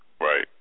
Right